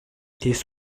this